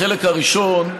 בחלק הראשון,